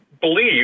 believe